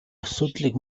асуудлыг